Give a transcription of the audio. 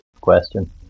question